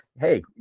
hey